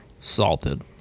salted